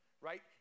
right